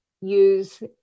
use